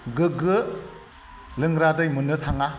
गोग्गो लोंग्रा दै मोननो थाङा